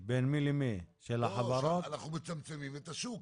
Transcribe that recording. עיריות נוהגות בדרך כלל וגם אנחנו נהגנו כך לתת זמן.